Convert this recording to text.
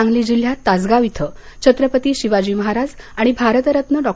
सांगली जिल्ह्यात तासगाव इथ छत्रपती शिवाजी महाराज आणि भारतरत्न डॉ